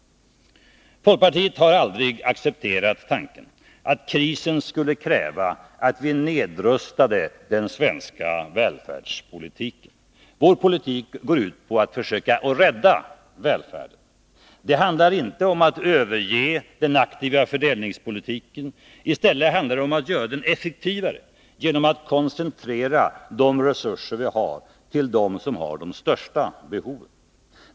Folkpartiet har aldrig accepterat tanken att krisen skulle kräva att vi Nr 50 nedrustade den svenska välfärdspolitiken. Vår politik går ut på att försöka Onsdagen den rädda välfärden. Det handlar inte om att överge den aktiva fördelningspo 15 december 1982 litiken. I stället handlar det om att göra den effektivare genom att koncentrera de resurser vi har till dem som har de största behoven.